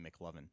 McLovin